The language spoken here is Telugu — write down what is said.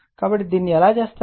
కాబట్టి దీన్ని ఎలా చేస్తారు